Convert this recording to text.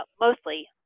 mostly